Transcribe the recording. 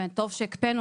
וטוב שהקפאנו,